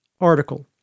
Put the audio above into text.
article